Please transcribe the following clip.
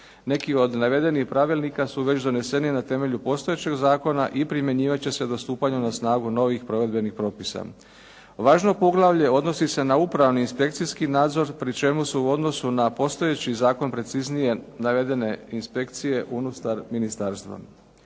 Neki od navedenih pravilnika su već doneseni na temelju postojećeg zakona i primjenjivat će se do stupanja na snagu novih provedbenih propisa. Važno poglavlje odnosi se na upravni inspekcijski nadzor pri čemu su u odnosu na postojeći zakon preciznije navedene inspekcije unutar ministarstva.